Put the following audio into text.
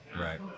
Right